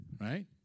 Right